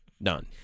None